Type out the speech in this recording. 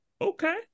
okay